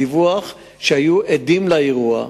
הדיווח של מי שהיו עדים לאירוע,